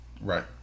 right